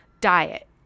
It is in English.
Diet